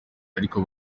ariko